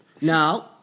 No